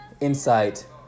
insight